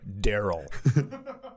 Daryl